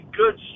good